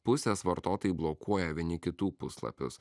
pusės vartotojai blokuoja vieni kitų puslapius